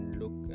look